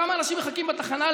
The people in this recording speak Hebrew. כמה אנשים מחכים בתחנה,